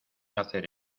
hacer